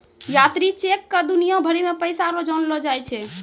यात्री चेक क दुनिया भरी मे पैसा रो जानलो जाय छै